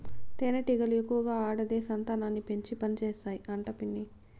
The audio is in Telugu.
తేనెటీగలు ఎక్కువగా ఆడదే సంతానాన్ని పెంచి పనిచేస్తాయి అంట పిన్ని